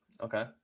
Okay